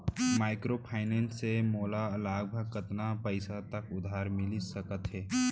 Microfinance से मोला लगभग कतना पइसा तक उधार मिलिस सकत हे?